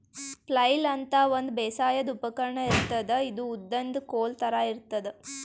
flail ಅಂತಾ ಒಂದ್ ಬೇಸಾಯದ್ ಉಪಕರ್ಣ್ ಇರ್ತದ್ ಇದು ಉದ್ದನ್ದ್ ಕೋಲ್ ಥರಾ ಇರ್ತದ್